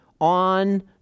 on